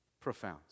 Profound